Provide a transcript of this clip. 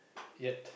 yet